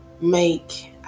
make